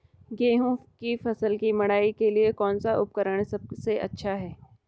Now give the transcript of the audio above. गेहूँ की फसल की मड़ाई के लिए कौन सा उपकरण सबसे अच्छा है?